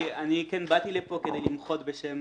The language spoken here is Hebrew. באתי לפה כדי למחות בשם